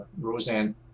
roseanne